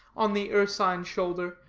on the ursine shoulder,